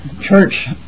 church